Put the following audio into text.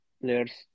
players